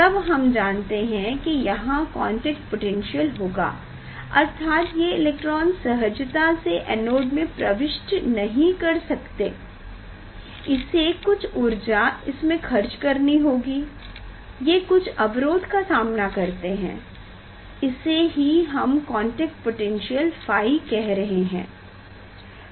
तब हम जानते है की यहाँ कांटैक्ट पोटैन्श्यल होगा अर्थात ये इलेक्ट्रॉन सहजता से एनोड में प्रविष्ट नहीं हो सकते इसे कुछ ऊर्जा इसमें खर्च करनी होगी ये कुछ अवरोध का सामना करते हैं इसे ही हम कांटैक्ट पोटैन्श्यल ϕ कह रहे हैं